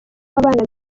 abana